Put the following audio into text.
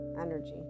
energy